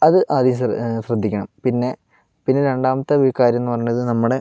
അത് ആദ്യം ശ്രദ്ധിക്കണം പിന്നെ പിന്നെ രണ്ടാമത്തെ ഒരു കാര്യമെന്ന് പറയണത് നമ്മുടെ